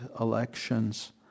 elections